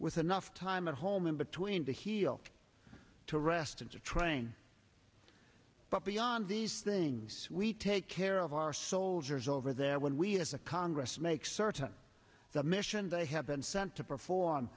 with enough time at home in between the heel to rest and to train but beyond these things we take care of our soldiers over there when we as a congress make certain the mission they have been sent to perform